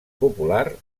popular